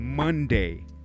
Monday